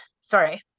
sorry